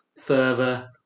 further